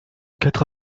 quatre